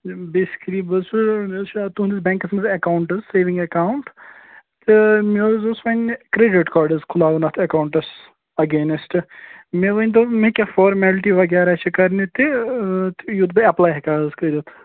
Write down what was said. basically بہٕ حظ چھُس مےٚ حظ چھُ تُہٕنٛدِس بیٚنٛکَس منٛز اٮ۪کاوُنٛٹ حظ سیوِنٛگ اٮ۪کاوُنٛٹ تہٕ مےٚ حظ اوس وۅنۍ کرٛیڈِٹ کارڈ حظ کھُلاوُن اَتھ اٮ۪کاوُنٛٹَس اگینِسٹہٕ مےٚ ؤنۍتو مےٚ کیٛاہ فارمیلٹی وغیرہ چھِ کَرنہِ تہِ یُتھ بہٕ ایپلاے ہیٚکیٛا حظ کٔرِتھ